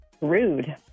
rude